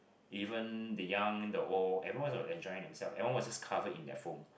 even the young the old everyone was enjoying themselves everyone was just covered in that foam